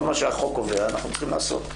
כל מה שהחוק קובע אנחנו צריכים לעשות.